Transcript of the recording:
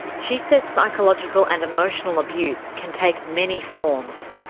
she says psychological and emotional abuse can take many forms.